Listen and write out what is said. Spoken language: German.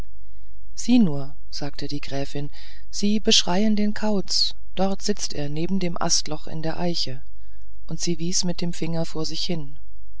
sieh nur sagte die gräfin sie beschreien den kauz dort sitzt er neben dem astloch in der eiche und sie wies mit dem finger vor sich hin